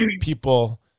people